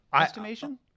estimation